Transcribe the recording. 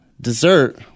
dessert